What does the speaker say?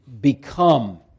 become